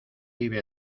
vive